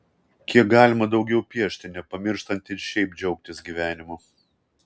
kiek galima daugiau piešti nepamirštant ir šiaip džiaugtis gyvenimu